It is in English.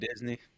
Disney